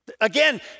Again